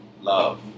Love